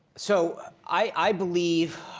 so i believe